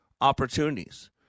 opportunities